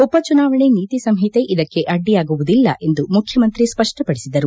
ಉಪ ಚುನಾವಣೆ ನೀತಿ ಸಂಹಿತೆ ಇದಕ್ಕೆ ಅಡ್ಡಿಯಾಗುವುದಿಲ್ಲ ಎಂದು ಮುಖ್ಯಮಂತ್ರಿ ಸ್ಪ ಷ್ಪ ಪದಿಸಿದರು